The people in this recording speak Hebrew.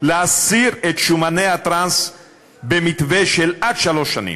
להסיר את שומני הטראנס במתווה של עד שלוש שנים.